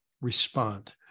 respond